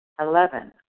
Eleven